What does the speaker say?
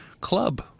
club